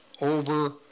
over